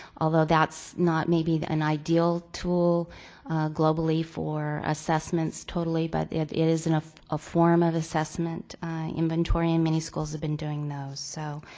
although that's not maybe an ideal tool globally for assessments totally, but it it is in a ah form of assessment inventory and many schools have been doing those. so